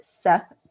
Seth